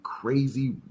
crazy